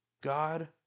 God